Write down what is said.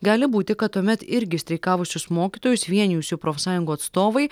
gali būti kad tuomet irgi streikavusius mokytojus vienijusių profsąjungų atstovai